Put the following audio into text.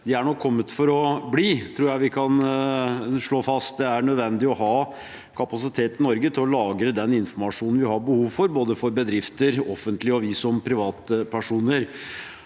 er nok kommet for å bli. Det tror jeg vi kan slå fast. Det er nødvendig å ha kapasitet i Norge til å lagre den informasjonen vi har behov for, både bedrifter, det offentlige og vi som privatpersoner.